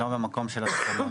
לא ממקום של הסכמות.